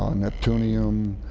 um neptunium,